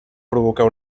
provocar